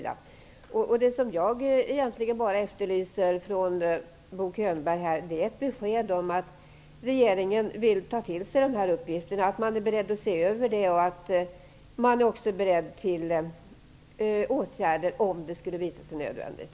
Det som jag egentligen efterlyser från Bo Könberg är ett besked om att regeringen vill ta till sig dessa uppgifter, att regeringen är beredd att se över frågan och är beredd att vidta åtgärder om det skulle visa sig nödvändigt.